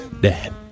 Dad